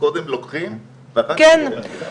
(5)סכומים שיעבירו הרשויות המקומיות שבשטחן חלה תכנית המטרו,